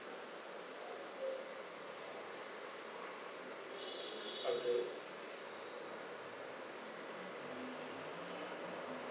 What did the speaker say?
okay